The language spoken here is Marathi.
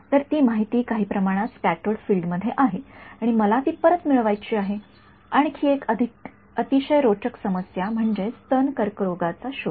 तर ती माहिती काही प्रमाणात स्क्याटर्ड फील्ड मध्ये आहे आणि मला ती परत मिळवायची आहे आणि आणखी एक अतिशय रोचक समस्या म्हणजे स्तन कर्करोगाचा शोध